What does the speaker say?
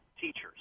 teachers